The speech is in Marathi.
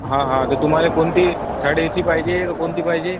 हा हा तर तुम्हाले कोणती थर्ड ए सी पाहिजे का कोणती पाहिजे